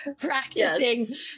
practicing